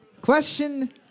question